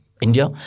India